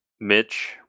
Mitch